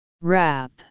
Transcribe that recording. wrap